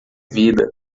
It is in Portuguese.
vida